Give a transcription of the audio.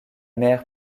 mer